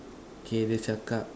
okay dia cakap